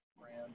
brand